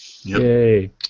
Yay